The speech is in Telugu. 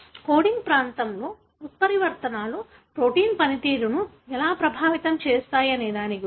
కోడింగ్ ప్రాంతంలోని ఉత్పరివర్తనలు ప్రోటీన్ పనితీరును ఎలా ప్రభావితం చేస్తాయనే దాని గురించి